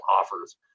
offers